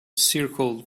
circled